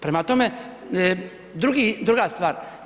Prema tome, druga stvar.